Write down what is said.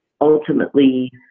ultimately